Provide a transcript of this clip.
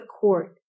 court